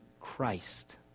Christ